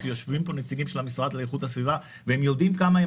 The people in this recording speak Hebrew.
כי יושבים פה נציגי המשרד לאיכות הסביבה והם יודעים כמה הם